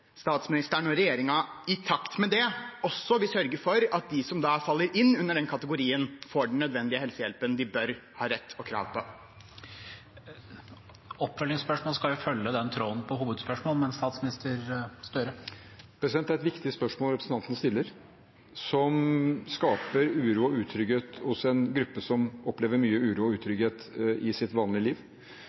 statsministeren og regjeringen i takt med det også vil sørge for at de som da faller inn under den kategorien, får den nødvendige helsehjelpen de bør ha rett og krav på. Oppfølgingsspørsmål skal følge tråden i hovedspørsmålet. Det er et viktig spørsmål representanten stiller. Det skaper uro og utrygghet hos en gruppe som opplever mye uro og utrygghet i sitt vanlige liv.